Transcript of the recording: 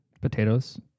Potatoes